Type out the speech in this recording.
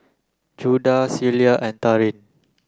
Judah Celia and Taryn